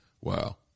wow